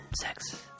sex